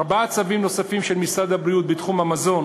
ארבעה צווים נוספים של משרד הבריאות בתחום המזון